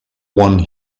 one